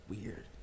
weird